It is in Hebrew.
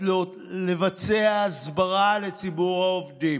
לבצע הסברה לציבור העובדים.